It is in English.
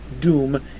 doom